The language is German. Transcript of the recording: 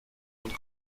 und